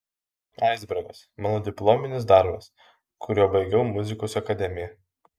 aisbergas mano diplominis darbas kuriuo baigiau muzikos akademiją